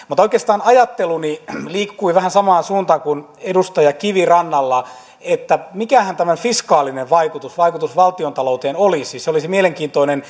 mutta oikeastaan ajatteluni liikkui vähän samaan suuntaan kuin edustaja kivirannalla että mikähän tämän fiskaalinen vaikutus vaikutus valtiontalouteen olisi se olisi mielenkiintoista